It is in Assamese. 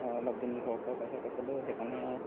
অলপ দিন ঘৰৰপৰা বাহিৰত আছিলোঁ সেইকাৰণে